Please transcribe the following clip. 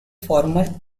former